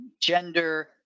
gender